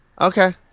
Okay